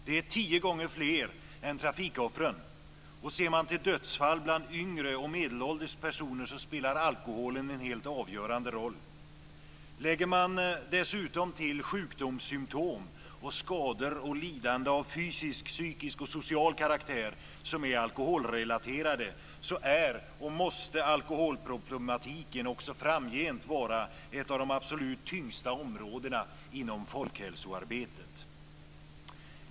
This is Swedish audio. Det är tio gånger fler än trafikoffren, och ser man till dödsfall bland yngre och medelålders personer spelar alkoholen en helt avgörande roll. Lägger man dessutom till sjukdomssymtom, skador och lidande av fysisk, psykisk och social karaktär som är alkoholrelaterade är och måste också framgent alkoholproblematiken vara ett av de absolut tyngsta områdena inom folkhälsoarbetet.